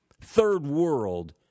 third-world